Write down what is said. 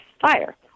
Fire